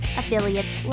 affiliates